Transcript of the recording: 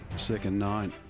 second nine.